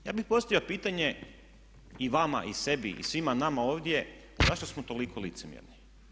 Ja bih postavio pitanje i vama i sebi i svima nama ovdje zašto smo toliko licemjerni.